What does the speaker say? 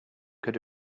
could